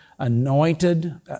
anointed